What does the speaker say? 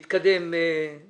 שתי